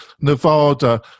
Nevada